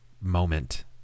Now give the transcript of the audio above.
moment